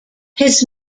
his